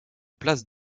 place